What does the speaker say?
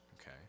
Okay